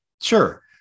Sure